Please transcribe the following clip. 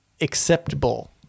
acceptable